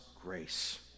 grace